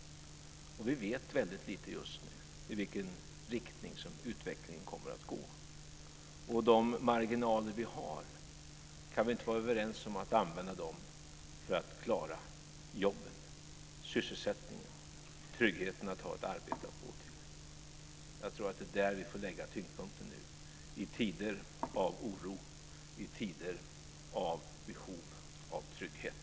Och vi vet just nu väldigt lite om i vilken riktning som utvecklingen kommer att gå. Och kan vi inte vara överens om att använda de marginaler som vi har för att klara jobben, sysselsättningen, tryggheten att ha ett arbete att gå till? Jag tror att det är där som vi får lägga tyngdpunkten nu i tider av oro och i tider av behov av trygghet.